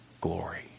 glory